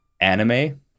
anime